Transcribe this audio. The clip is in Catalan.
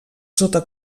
sota